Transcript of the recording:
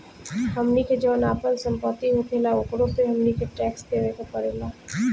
हमनी के जौन आपन सम्पति होखेला ओकरो पे हमनी के टैक्स देबे के पड़ेला